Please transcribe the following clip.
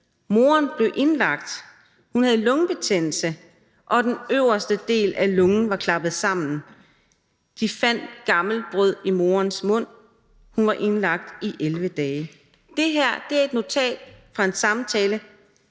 Moderen blev indlagt. Hun havde lungebetændelse og den øverste del af lungen var klappet sammen. De fandt gammelt brød i moderens mund. Hun var indlagt i 11 dage.« Det her er et notat fra en samtale